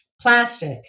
Plastic